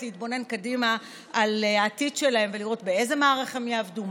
להתבונן קדימה על העתיד שלהם ולראות באיזה מערך הם יעבדו,